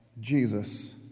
Jesus